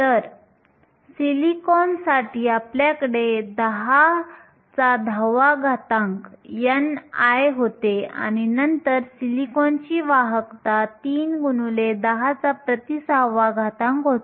तर सिलिकॉनसाठी आपल्याकडे 1010 ni होते आणि नंतर सिलिकॉनची वाहकता 3 x 10 6 होती